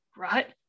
right